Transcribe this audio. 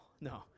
No